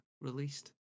released